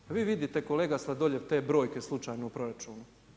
Je li vi vidite, kolega Sladoljev, te brojke slučajno u proračunu?